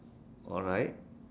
alright